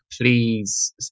please